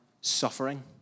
suffering